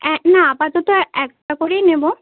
আ্যঁ না আপাতত একটা করেই নেব